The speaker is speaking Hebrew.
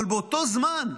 אבל באותו זמן,